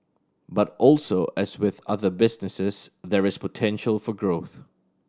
but also as with other businesses there is potential for growth